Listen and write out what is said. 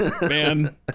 Man